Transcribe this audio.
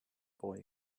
boy